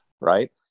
right